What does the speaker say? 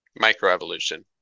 Microevolution